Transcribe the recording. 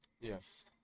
Yes